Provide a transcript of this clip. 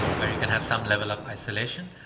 where you can have some level of isolation.